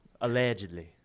allegedly